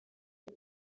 ati